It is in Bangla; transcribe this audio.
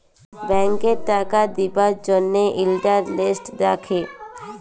ব্যাংকে টাকা দিবার জ্যনহে ইলটারেস্ট দ্যাখে